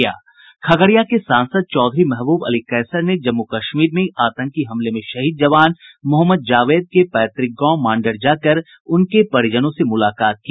खगड़िया के सांसद चौधरी महबूब अली कैसर ने जम्मू कश्मीर में आतंकी हमले में शहीद जवान मोहम्मद जावेद के पैतृक गांव मांडर जाकर उनके परिजनों से मुलाकात की